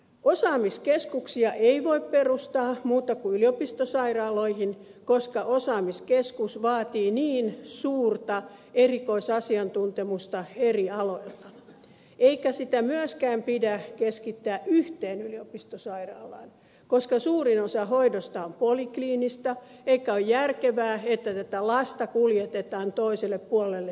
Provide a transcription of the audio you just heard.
osaamiskeskuksia ei voi perustaa muualle kuin yliopistosairaaloihin koska osaamiskeskus vaatii niin suurta erikoisasiantuntemusta eri aloilta eikä sitä myöskään pidä keskittää yhteen yliopistosairaalaan koska suurin osa hoidosta on polikliinistä eikä ole järkevää että lasta kuljetetaan toiselle puolelle suomea